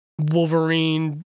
wolverine